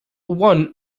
one